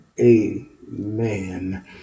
amen